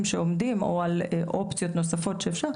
שעומדים או על אופציות נוספות אפשריות,